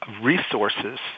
resources